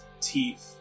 teeth